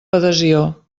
adhesió